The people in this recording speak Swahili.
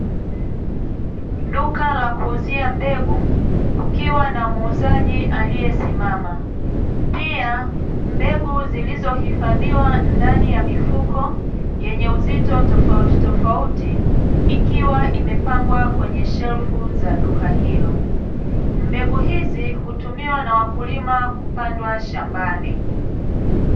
Duka la kuuzia mbegu kukiwa na muuzaji aliyesimama, pia mbegu zilizohifadhiwa ndani ya mifuko yenye uzito tofauti tofauti, ikiwa imepangwa kwenye shelfu za duka hilo. Mbegu hizi hutumiwa na wakulima kupandwa shambani.